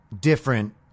different